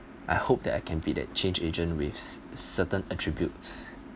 I hope that I can be that change agent with certain attributes